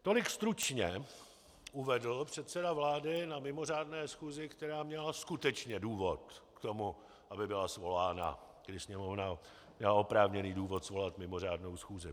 Tolik stručně uvedl předseda vlády na mimořádné schůzi, která měla skutečně důvod k tomu, aby byla svolána, kdy Sněmovna měla oprávněný důvod svolat mimořádnou schůzi.